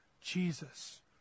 Jesus